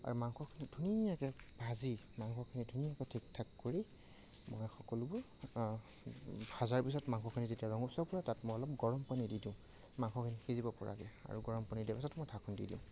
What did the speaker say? আৰু মাংসখিনি ধুনীয়াকৈ ভাজি মাংসখিনি ধুনীয়াকৈ ঠিক ঠাক কৰি মই সকলোবোৰ ভজাৰ পিছত মাংসখিনি যেতিয়া ৰঙচুৱা পৰে তাত মই অলপ গৰম পানী দি দিওঁ মাংসখিনি সিজিব পৰাকৈ আৰু গৰমপানী দি দিয়াৰ পিছত মই ঢাকোন দি দিওঁ